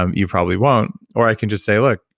um you probably won't. or i can just say, look,